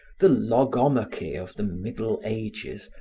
the logomachy of the middle ages,